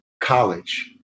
college